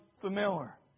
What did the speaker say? familiar